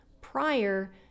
prior